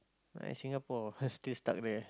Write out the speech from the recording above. ah Singapore still stuck there